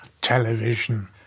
television